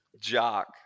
Jock